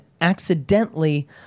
accidentally